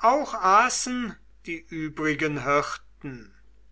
auch aßen die übrigen hirten